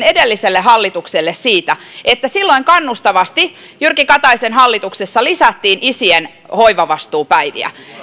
edelliselle hallitukselle siitä että silloin kannustavasti jyrki kataisen hallituksessa lisättiin isien hoivavastuupäiviä